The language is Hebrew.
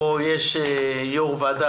פה יש יו"ר ועדה,